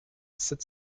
sept